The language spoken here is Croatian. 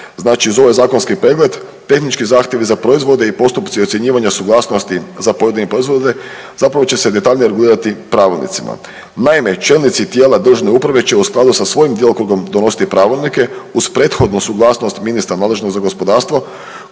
Znači, uz ovaj zakonski pregled, tehnički zahtjevi za proizvode i postupci ocjenjivanja suglasnosti za pojedine proizvode, zapravo će se detaljnije regulirati pravilnicima. Naime, čelnici tijela državne uprave će u skladu sa svojim djelokrugom donositi pravilnike uz prethodnu suglasnost ministra nadležnog za gospodarstvo,